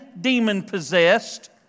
demon-possessed